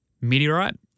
meteorite